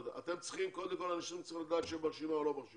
קודם כל לדעת אם הם ברשימה או לא.